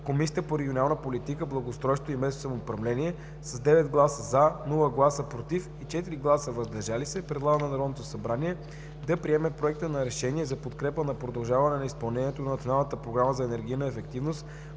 Комисията по регионална политика, благоустройство и местно самоуправление с 9 гласа за, без против и 4 гласа въздържали се, предлага на Народното събрание да приеме Проекта на решение за подкрепа на продължаване на изпълнението на Националната